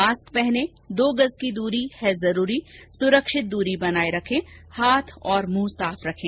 mask पहने दो गज की दूरी है जरूरी सुरक्षित दूरी बनाए रखें हाथ और मुंह साफ रखें